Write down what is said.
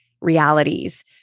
realities